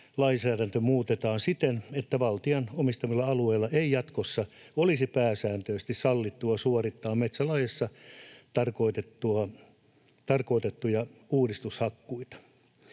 lainsäädäntö muutetaan siten, että valtion omistamilla alueilla ei jatkossa olisi pääsääntöisesti sallittua suorittaa metsälaissa tarkoitettuja uudistushakkuita.